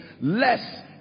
less